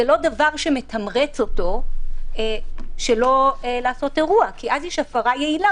זה לא דבר שמתמרץ אותו שלא לעשות אירוע כי אז יש הפרה יעילה,